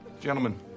gentlemen